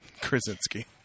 Krasinski